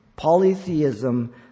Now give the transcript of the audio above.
polytheism